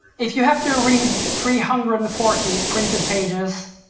if you have to read three hundred and forty printed pages,